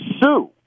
sue